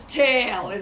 tail